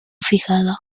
fijada